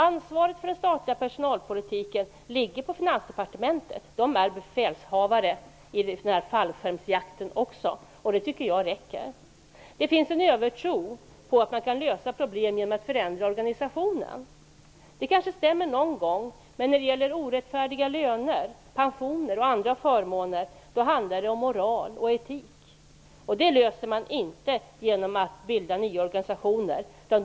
Ansvaret för den statliga personalpolitiken ligger på Finansdepartementet. Det är befälhavare också i fallskärmsjakten, och jag tycker att det räcker. Det finns en övertro på att man kan lösa problem genom att förändra organisationen. Det går kanske någon gång, men när det gäller orättfärdiga löner, pensioner och andra förmåner handlar det om moral och etik, och sådana frågor löser man inte genom att bilda nya organisationer.